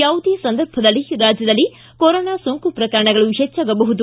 ಯಾವುದೇ ಸಂದರ್ಭದಲ್ಲಿ ರಾಜ್ಯದಲ್ಲಿ ಕೊರೋನಾ ಸೋಂಕು ಪ್ರಕರಣಗಳು ಹೆಚ್ಚಾಗಬಹುದು